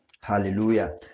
Hallelujah